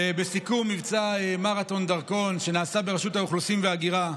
בסיכום מבצע "מרתון דרכון" שנעשה ברשות האוכלוסין וההגירה,